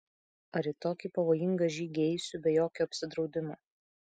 ar į tokį pavojingą žygį eisiu be jokio apsidraudimo